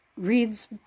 reads